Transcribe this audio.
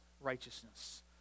righteousness